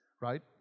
right